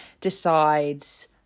decides